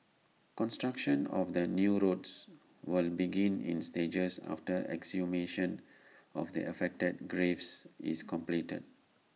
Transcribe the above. construction of the new road will begin in stages after exhumation of the affected graves is completed